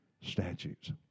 statutes